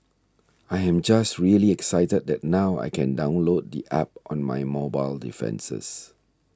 I am just really excited that now I can download the App on my mobile defences